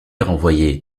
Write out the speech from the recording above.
renvoyer